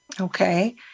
Okay